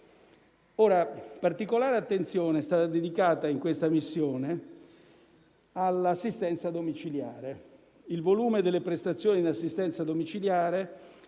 Particolare attenzione è stata dedicata in questa missione all'assistenza domiciliare. Il volume delle prestazioni in assistenza domiciliare